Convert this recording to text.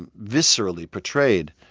and viscerally portrayed.